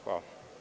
Hvala.